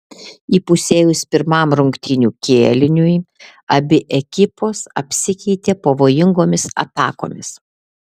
įpusėjus pirmam rungtynių kėliniui abi ekipos apsikeitė pavojingomis atakomis